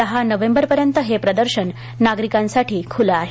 दहा नोव्हेंबरपर्यंत हे प्रदर्शन नागरिकांसाठी खुलं आहे